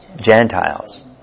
Gentiles